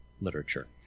literature